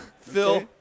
Phil